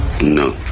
No